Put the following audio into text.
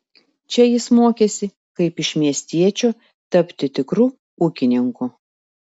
čia jis mokėsi kaip iš miestiečio tapti tikru ūkininku